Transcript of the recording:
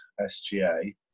SGA